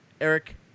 Eric